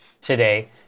Today